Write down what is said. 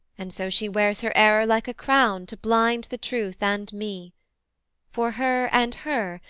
and so she wears her error like a crown to blind the truth and me for her, and her,